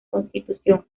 constitución